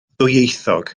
ddwyieithog